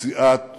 יציאת